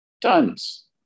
Tons